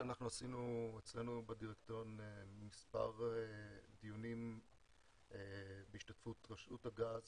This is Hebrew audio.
אחרי שקיימנו אצלנו בדירקטוריון מספר דיונים בהשתתפות רשות הגז